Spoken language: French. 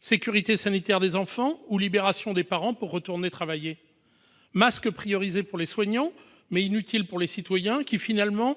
sécurité sanitaire des enfants ou libération des parents pour retourner travailler ? masques « priorisés » pour les soignants, mais inutiles pour les citoyens, qui, finalement